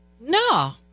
No